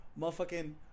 Motherfucking